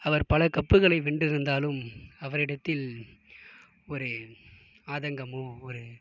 அவர் பல கப்புகளை வென்றிருந்தாலும் அவரிடத்தில் ஒரு ஆதங்கமும் ஒரு